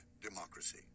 democracy